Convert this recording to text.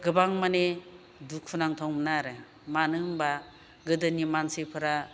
गोबां माने दुखु नांथाव मोनो आरो मानो होमब्ला गोदोनि मानसिफ्रा